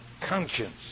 conscience